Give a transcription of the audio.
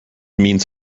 means